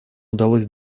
удалось